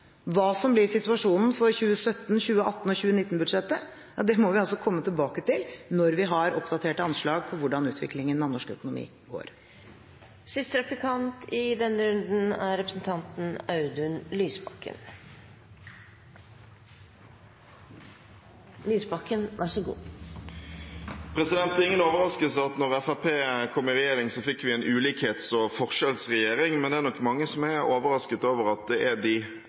Hva som blir situasjonen for 2017-, 2018- og 2019-budsjettet, må vi komme tilbake til når vi har oppdaterte anslag for hvordan utviklingen av norsk økonomi blir. Det er ingen overraskelse at da Fremskrittspartiet kom i regjering, så fikk vi en ulikhets- og forskjellsregjering. Men det er nok mange som er overrasket over at det er de